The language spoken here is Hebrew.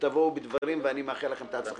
תבואו בדברים ואני מאחל לכם הצלחה.